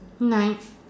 tonight